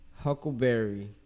Huckleberry